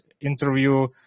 interview